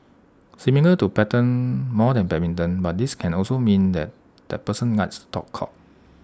similar to pattern more than badminton but this can also mean that that person likes to talk cock